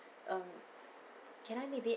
um can I maybe